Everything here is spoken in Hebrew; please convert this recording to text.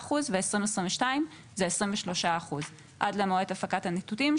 29% וב-2022 זה 23% עד למועד הפקת הנתונים,